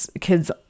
kids